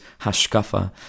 hashkafa